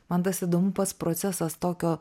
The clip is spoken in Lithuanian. man tas įdomu pats procesas tokio